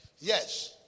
yes